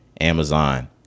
Amazon